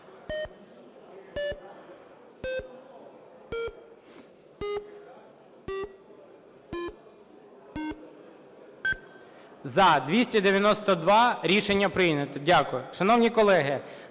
За-292 Рішення прийнято. Дякую. Шановні колеги,